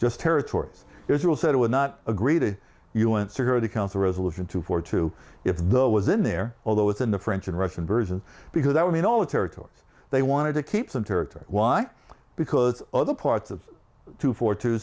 just territories israel said it would not agree to you in security council resolution two forty two if the was in there although it's in the french and russian version because that would mean all the territory they wanted to keep the territory why because other parts of two for two